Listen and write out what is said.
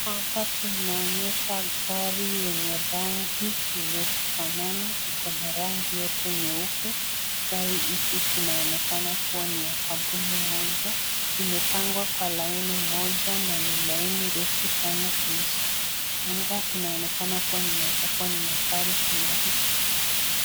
Hapa tunaonyeshwa gari yenye rangi ya kufanana, iko na rangi yote nyeupe. Gari hizi zinaonekana kuwa ni ya kampuni moja, imepangwa kwa laini moja na ni laini refu sana vile zimepangwa, inaonekana kuwa zinaweza kuwa ni magari zinauzwa.